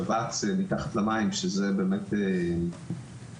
שבץ מתחת למים שזה היה בגורל,